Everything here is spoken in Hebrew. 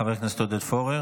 חבר הכנסת עודד פורר.